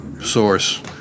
source